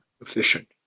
efficient